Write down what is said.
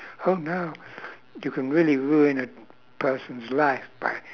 oh no you can really ruin a person's life by